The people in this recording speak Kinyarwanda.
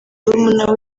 murumuna